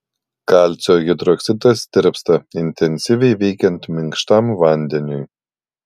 kalcio hidroksidas tirpsta intensyviai veikiant minkštam vandeniui